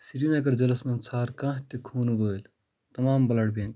سریٖنگر ضِلعس مَنٛز ژھار کانٛہہ تہِ خوٗنہٕ وٲلۍ تمام بٕلَڈ بٮ۪نٛک